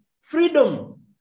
freedom